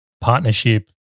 partnership